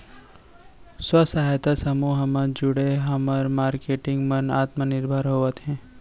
स्व सहायता समूह म जुड़े हमर मारकेटिंग मन आत्मनिरभर होवत हे